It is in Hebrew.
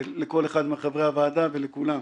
ולכל אחד מחברי הוועדה ולכולם,